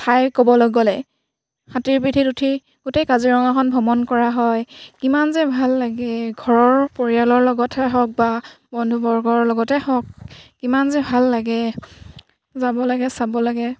ঠাই ক'বলৈ গ'লে হাতীৰ পিঠিত উঠি গোটেই কাজিৰঙাখন ভ্ৰমণ কৰা হয় কিমান যে ভাল লাগে ঘৰৰ পৰিয়ালৰ লগতহে হওক বা বন্ধুবৰ্গৰ লগতে হওক কিমান যে ভাল লাগে যাব লাগে চাব লাগে